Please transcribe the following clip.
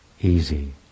easy